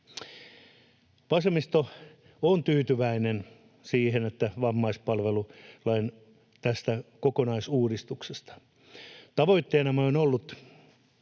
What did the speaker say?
Vasemmisto on tyytyväinen tästä vammaispalvelulain kokonaisuudistuksesta. Tavoitteenamme on ollut